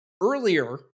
earlier